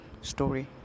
story